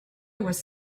was